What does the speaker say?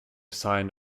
signed